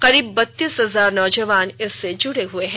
करीब बत्तीस हजार नौजवान इससे जुड़े हुए हैं